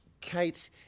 kate